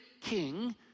king